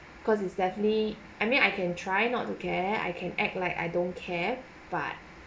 cause it's definitely I mean I can try not to care I can act like I don't care but